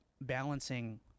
balancing